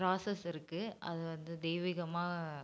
process இருக்குது அது வந்து தெய்வீகமாக